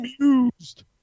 amused